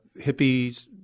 hippies